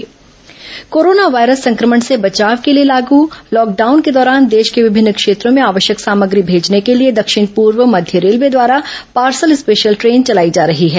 corona railway corona virus संक्रमण से बचाव के लिए लागू लॉकडाउन के दौरान देश के विभिन्न क्षेत्रों में आवश्यक सामग्री भेजने के लिए दक्षिण पूर्व मध्य रेलवे द्वारा पार्सल स्पेशल ट्रेन चलाई जा रही है